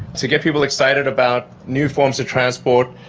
to get people excited about new forms of transport,